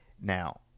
Now